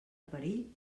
perill